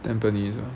tampines ah